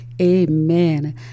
Amen